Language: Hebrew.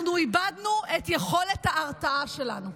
אנחנו איבדנו את יכולת ההרתעה שלנו,